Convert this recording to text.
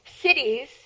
Cities